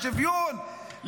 לשוויון,